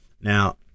Now